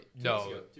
No